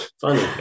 funny